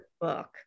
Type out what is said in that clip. book